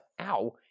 ow